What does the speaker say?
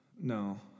No